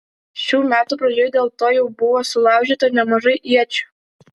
šių metų pradžioje dėl to jau buvo sulaužyta nemažai iečių